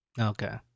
okay